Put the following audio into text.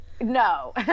No